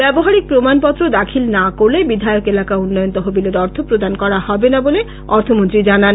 ব্যবহারিক প্রমান পত্র দাখিল না করলে বিধায়ক এলাকা উন্নয়ন তহবিলের অর্থ প্রদান করা হবে না বলে অর্থমন্ত্রী জানান